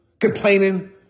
complaining